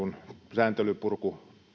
sääntelynpurkukohta